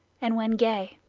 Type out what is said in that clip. and when gay.